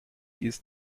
ist